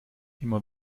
immer